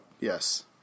Yes